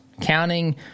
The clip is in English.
counting –